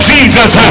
Jesus